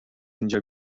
اینجا